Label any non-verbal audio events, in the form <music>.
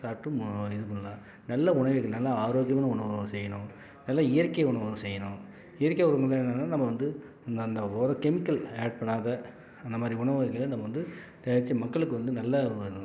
சாப்பிட்டு மு இது பண்ணலாம் நல்ல உணவுகள் நல்லா ஆரோக்கியமான உணவு செய்யணும் நல்லா இயற்கை உணவுகள் செய்யணும் இயற்கை உணவுகள்ன்னா என்னான்னா நம்ம வந்து நம்ம அந்த <unintelligible> கெமிக்கல் ஆட் பண்ணாத அந்தமாதிரி உணவு வகைகளை நம்ம வந்து தயாரிச்சு மக்களுக்கு வந்து நல்ல <unintelligible>